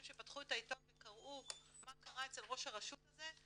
שפתחו את העיתון וקראו מה קרה אצל ראש הרשות הזה,